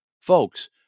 Folks